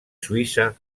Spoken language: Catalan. suïssa